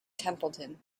templeton